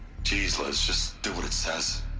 jeez, lis, just. do what it says